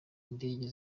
indege